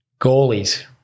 Goalies